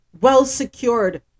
well-secured